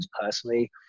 personally